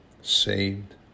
saved